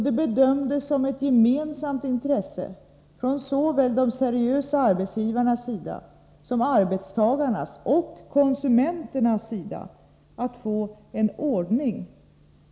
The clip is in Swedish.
Det bedömdes som ett gemensamt intresse från såväl de seriösa arbetsgivarnas sida som arbetstagarnas och konsumenternas sida att få en ordning.